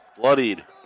Bloodied